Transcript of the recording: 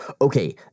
Okay